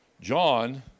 John